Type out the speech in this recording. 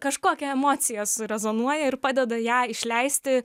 kažkokią emociją surezonuoja ir padeda ją išleisti